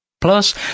Plus